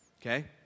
okay